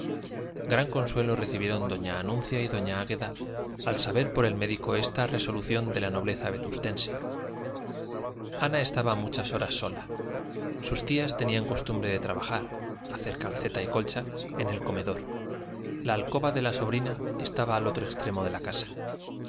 gran consuelo recibieron doña anuncia y doña águeda al saber por el médico esta resolución de la nobleza vetustense ana estaba muchas horas sola sus tías tenían costumbre de trabajar hacer calceta y colcha en el comedor la alcoba de la sobrina estaba al otro extremo de la casa